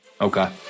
Okay